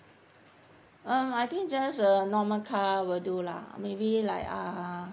um I think just a normal car will do lah maybe like uh